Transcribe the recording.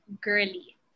girly